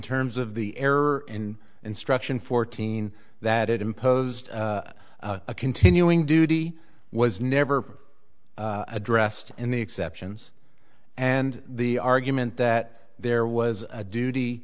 terms of the error in instruction fourteen that it imposed a continuing duty was never addressed in the exceptions and the argument that there was a duty